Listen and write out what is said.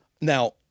Now